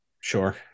sure